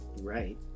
right